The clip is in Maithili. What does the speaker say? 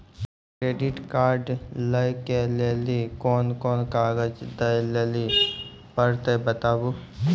क्रेडिट कार्ड लै के लेली कोने कोने कागज दे लेली पड़त बताबू?